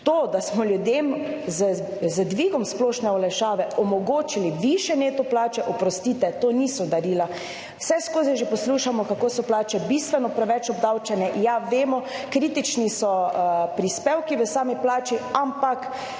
To, da smo ljudem z dvigom splošne olajšave omogočili višje neto plače, oprostite, to niso darila. Vseskozi že poslušamo kako so plače bistveno preveč obdavčene. Ja vemo, kritični so prispevki v sami plači, ampak